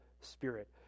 spirit